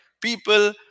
people